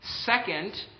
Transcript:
Second